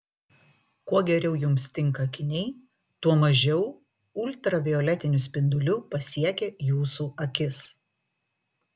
kuo geriau jums tinka akiniai tuo mažiau ultravioletinių spindulių pasiekia jūsų akis